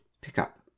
pickup